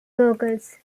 vocals